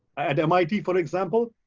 at mit for example,